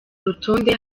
rutonde